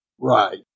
Right